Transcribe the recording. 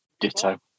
Ditto